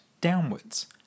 downwards